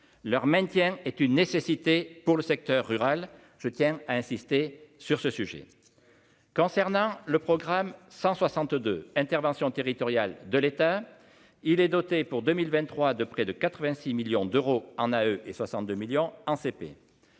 leur maintien est une nécessité pour le secteur rural, je tiens à insister sur ce sujet concernant le programme 162 Interventions territoriales de l'État, il est doté pour 2023 de près de 86 millions d'euros en à E et 62 millions en CP